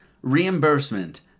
Reimbursement